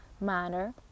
manner